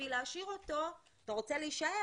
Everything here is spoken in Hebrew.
בשביל להשאיר אותו - אתה רוצה להישאר,